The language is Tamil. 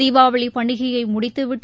தீபாவளிபண்டிகையைமுடித்துவிட்டு